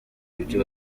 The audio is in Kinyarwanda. ibyo